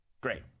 great